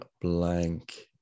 blank